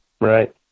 Right